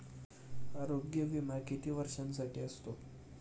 आरोग्य विमा किती वर्षांसाठी असतो?